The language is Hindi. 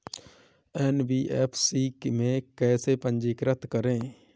एन.बी.एफ.सी में कैसे पंजीकृत करें?